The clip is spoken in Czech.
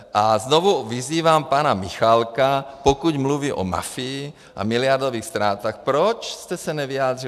A znovu vyzývám pana Michálka, pokud mluví o mafii a miliardových ztrátách, proč jste se nevyjádřil.